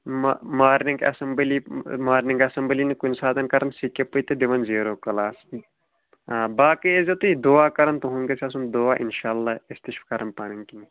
ما morning assembly morning assembly نہٕ کُنہِ ساتہٕ کَران سِکِپٕے تہٕ دِوان زیٖرو کٕلاس آ باقٕے ٲسۍزیو تُہۍ دعا کَران تُہُنٛد گژھِ آسُن دعا اِنشاء اللہ أسۍ تہِ چھُ کَرن پَنٕنۍ کِنۍ